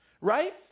Right